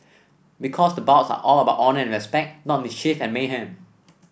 because the bouts are all about honour and respect not mischief and mayhem